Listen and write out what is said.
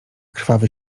krwawy